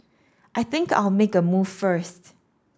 I think I'll make a move first